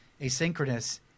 asynchronous